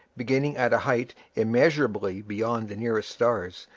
beginning at a height immeasurably beyond the nearest stars,